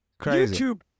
YouTube